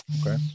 okay